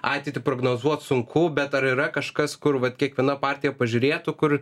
ateitį prognozuot sunku bet ar yra kažkas kur vat kiekviena partija pažiūrėtų kur